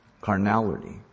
Carnality